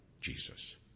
Jesus